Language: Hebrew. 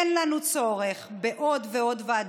אין לנו צורך בעוד ועוד ועדות,